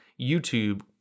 YouTube